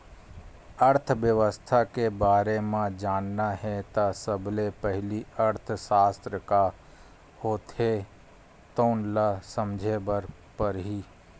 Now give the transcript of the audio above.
अर्थबेवस्था के बारे म जानना हे त सबले पहिली अर्थसास्त्र का होथे तउन ल समझे बर परही